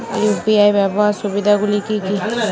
UPI ব্যাবহার সুবিধাগুলি কি কি?